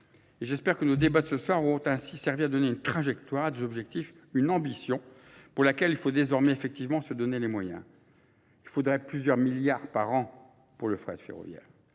j'espère que nos débats de ce soir auront ainsi servi à donner une trajectoire, des objectifs, une ambition pour laquelle il faut désormais effectivement se donner les moyens. Il faudrait plusieurs milliards par an pour le frais de ferroviaire.